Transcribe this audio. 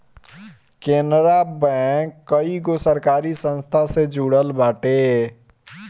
Canara bank कईगो सरकारी संस्था से जुड़ल बाटे